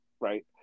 right